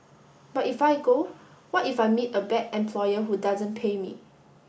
but if I go what if I meet a bad employer who doesn't pay me